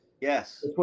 Yes